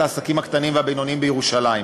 העסקים הקטנים והבינוניים בירושלים.